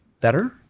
better